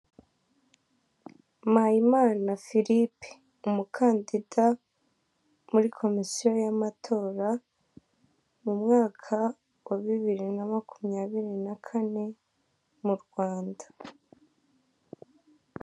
Mpayimana Philipe umukandida muri komisiyo y'amatora mu mwaka wa bibiri na makumyabiri na kane mu Rwanda.